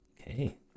okay